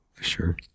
sure